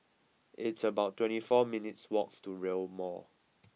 it's about twenty four minutes' walk to Rail Mall